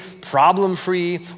problem-free